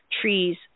trees